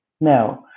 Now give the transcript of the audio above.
no